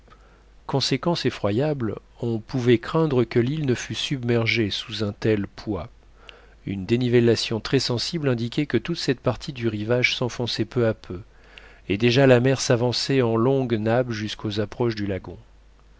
conséquence effroyable on pouvait craindre que l'île ne fût submergée sous un tel poids une dénivellation très sensible indiquait que toute cette partie du rivage s'enfonçait peu à peu et déjà la mer s'avançait en longues nappes jusqu'aux approches du lagon